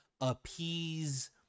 appease